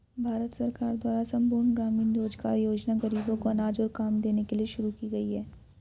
भारत सरकार द्वारा संपूर्ण ग्रामीण रोजगार योजना ग़रीबों को अनाज और काम देने के लिए शुरू की गई है